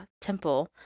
temple